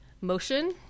motion